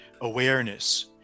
Awareness